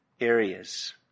areas